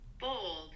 bold